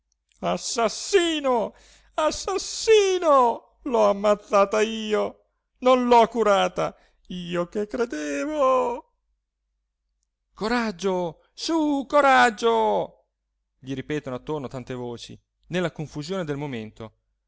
assassino assassino l'ho ammazzata io non l'ho curata io che credevo coraggio su coraggio gli ripetono attorno tante voci nella confusione del momento